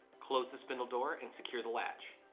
close the spindle door and secure the latch,